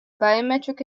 biometric